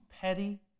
petty